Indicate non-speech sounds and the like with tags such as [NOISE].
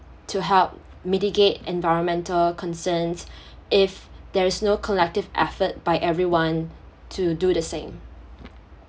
to help mitigate environmental concerns [BREATH] if there is no collective effort by everyone to do the same